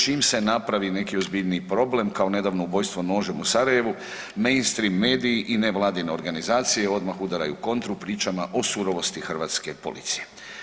Čim se napravi neki ozbiljniji problem kao nedavno ubojstvo nožem u Sarajevu … mediji i nevladine organizacije odmah udaraju kontru pričama o surovosti hrvatske policije.